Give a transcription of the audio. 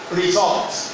results